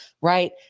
right